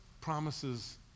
promises